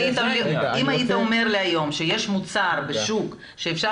אם היית אומר לי היום שיש מוצר בשוק שאפשר